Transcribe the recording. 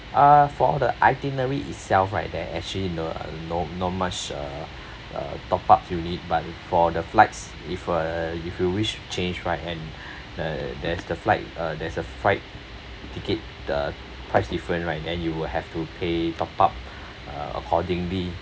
uh for the itinerary itself right there actually no no not much uh uh top-up you need but for the flights if uh if you wish to change flight and the there's the flight uh there's a flight ticket the price different right then you will have to pay top-up uh accordingly